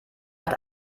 hat